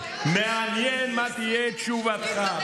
מעניין מה תהיה תשובתך.